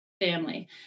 family